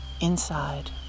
inside